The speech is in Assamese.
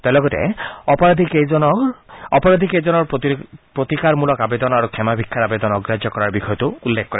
তেওঁ লগতে অপৰাধীকেইজনৰ প্ৰতিকাৰমূলক আবেদন আৰু ক্ষমা ভিক্ষাৰ আবেদন অগ্ৰাহ্য কৰাৰ বিষয়টো উল্লেখ কৰে